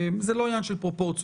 זה לא עניין של פרופורציות,